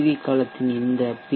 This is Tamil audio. வி கலத்தின் இந்த பி